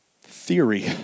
theory